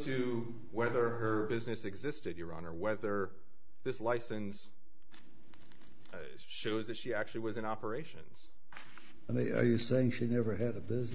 to whether her business existed iran or whether this license shows that she actually was an operations and they are you saying she never had of this